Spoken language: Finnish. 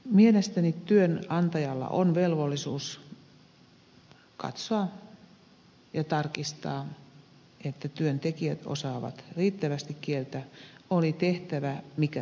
mielestäni työnantajalla on velvollisuus katsoa ja tarkistaa että työntekijät osaavat riittävästi kieltä oli tehtävä mikä tahansa